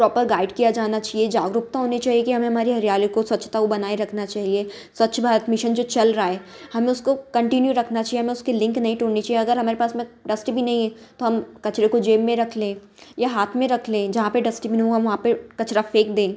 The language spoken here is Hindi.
प्रॉपर गाइड किया जाना चाहिए जागरूकता होनी चाहिए कि हमें हमारी हरियाली को स्वच्छता को बनाए रखना चाहिए स्वच्छ भारत मिशन जो चल रहा है हमें उसको कंटीन्यू रखना चाहिए हमें उसके लिंक नहीं टूटनी चाहिए अगर हमारे पास में डस्टबिन नहीं है तो हम कचरे को जेब में रख लें या हाथ में रख लें जहाँ पर डस्टबिन हुआ वहाँ पर कचरा फेंक दे